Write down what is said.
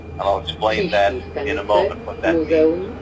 um i'll explain that in a moment, what that means.